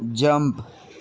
jump